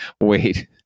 wait